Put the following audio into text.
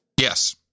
yes